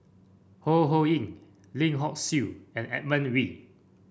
Ho Ho Ying Lim Hock Siew and Edmund Wee